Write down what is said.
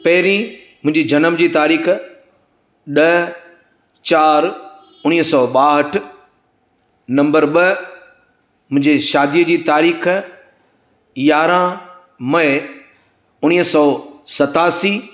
पहिरियों मुंहिंजी जनम जी तारीख़ ॾह चारि उणिवीह सौ ॿाहठि नंबर ॿ मुंहिंजी शादी जी तारीख़ यारहं मई उणिवीह सौ सतासी